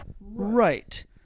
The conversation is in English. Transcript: Right